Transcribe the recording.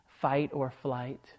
fight-or-flight